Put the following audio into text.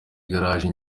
igaraje